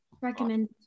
recommend